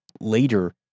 later